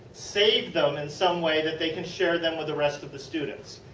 save them in some way that they can share them with the rest of the students.